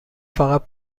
فقط